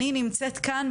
אני נמצאת כאן,